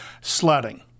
sledding